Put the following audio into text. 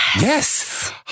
Yes